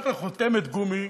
והופך לחותמת גומי